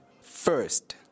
first